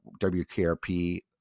WKRP